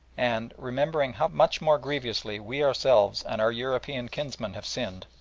and, remembering how much more grievously we ourselves and our european kinsmen have sinned,